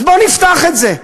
אז בוא נפתח את זה,